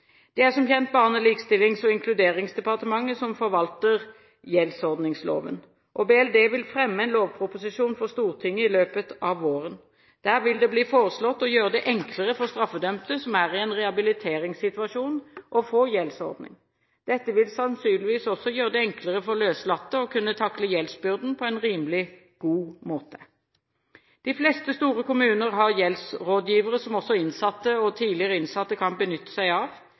Det er som kjent Barne-, likestillings- og inkluderingsdepartementet som forvalter gjeldsordningsloven. BLD vil fremme en lovproposisjon for Stortinget i løpet av våren. Der vil det bli foreslått å gjøre det enklere for straffedømte som er i en rehabiliteringssituasjon, å få gjeldsordning. Dette vil sannsynligvis også gjøre det enklere for løslatte å kunne takle gjeldsbyrden på en rimelig god måte. De fleste store kommuner har gjeldsrådgivere som også innsatte og tidligere innsatte kan benytte seg av.